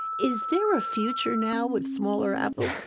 is there a future now with smaller apples?